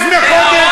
לפני חודש,